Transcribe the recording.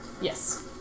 Yes